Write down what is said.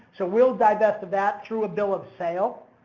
so we'll divest of that through a bill of sale.